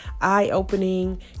eye-opening